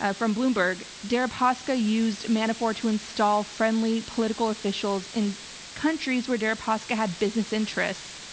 ah from bloomberg, deripaska used manafort to install friendly political officials in countries where deripaska had business interests.